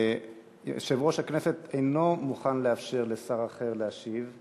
ויושב-ראש הכנסת אינו מוכן לאפשר לשר אחר להשיב.